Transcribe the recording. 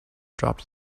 dropped